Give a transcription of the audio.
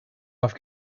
off